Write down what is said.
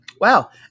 Wow